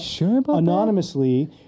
anonymously